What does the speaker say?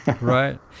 Right